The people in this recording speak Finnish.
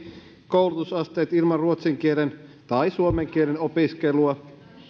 koulutusasteet ilman ruotsin kielen tai suomen kielen opiskelua